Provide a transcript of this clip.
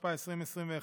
התשפ"א 2021,